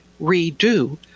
redo